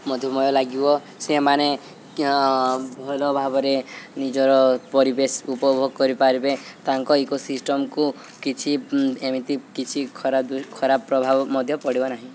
ମଧୁମୟ ଲାଗିବ ସେମାନେ ଭଲ ଭାବରେ ନିଜର ପରିବେଶ ଉପଭୋଗ କରିପାରିବେ ତାଙ୍କ ଇକୋସିିଷ୍ଟମକୁ କିଛି ଏମିତି କିଛି ଖରାପ ପ୍ରଭାବ ମଧ୍ୟ ପଡ଼ିବ ନାହିଁ